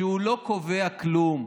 שהוא לא קובע כלום.